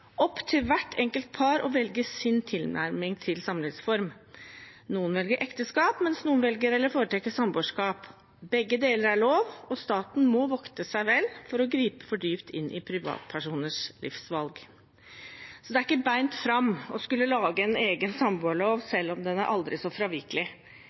opp til hvert enkelt par å velge sin tilnærming til samlivsform. Noen velger ekteskap, mens noen velger eller foretrekker samboerskap. Begge deler er lov, og staten må vokte seg vel for å gripe for dypt inn i privatpersoners livsvalg. Det er ikke bent fram å skulle lage en egen